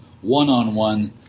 one-on-one